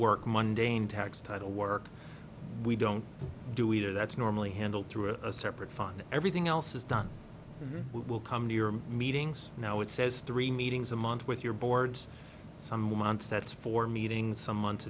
work monday and tax title work we don't do either that's normally handled through a separate fund everything else is done and we will come to your meetings now it says three meetings a month with your board some months that's four meetings some months